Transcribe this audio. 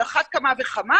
על אחת כמה וכמה,